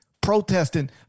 protesting